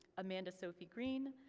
amanda sophie green,